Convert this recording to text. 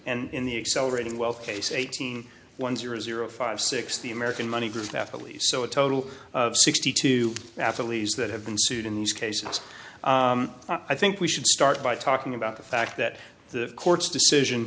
and in the accelerating wealth case eighteen one zero zero five six the american money group that police so a total of sixty two athletes that have been sued in these cases i think we should start by talking about the fact that the court's decision